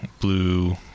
blue